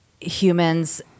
humans